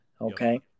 Okay